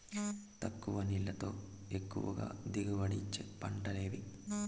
తక్కువ నీళ్లతో ఎక్కువగా దిగుబడి ఇచ్చే పంటలు ఏవి?